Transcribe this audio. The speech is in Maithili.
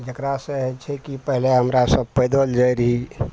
जेकरासँ होइ छै कि पहिले हमरा सब पैदल जाइ रही